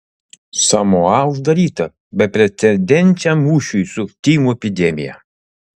samoa uždaryta beprecedenčiam mūšiui su tymų epidemija